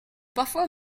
parfois